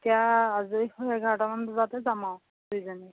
এতিয়া আজৰি হৈ এঘাৰটামান বজাতে যাম আৰু দুইজনী